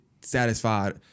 satisfied